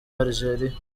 algeria